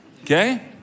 Okay